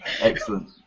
excellent